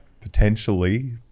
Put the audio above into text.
potentially